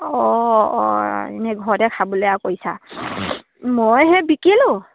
অঁ অঁ এনেই ঘৰতে খাবলৈ আৰু কৰিছা মই সেই বিকিলোঁ